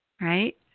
right